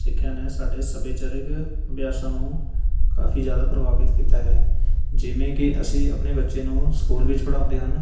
ਸਿੱਖਿਆ ਨੇ ਸਾਡੇ ਸੱਭਿਆਚਾਰਕ ਅਭਿਆਸਾਂ ਨੂੰ ਕਾਫੀ ਜ਼ਿਆਦਾ ਪ੍ਰਭਾਵਿਤ ਕੀਤਾ ਹੈ ਜਿਵੇਂ ਕਿ ਅਸੀਂ ਆਪਣੇ ਬੱਚੇ ਨੂੰ ਸਕੂਲ ਵਿੱਚ ਪੜ੍ਹਾਉਂਦੇ ਹਨ